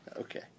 Okay